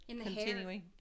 continuing